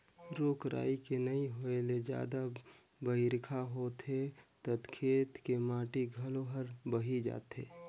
रूख राई के नइ होए ले जादा बइरखा होथे त खेत के माटी घलो हर बही जाथे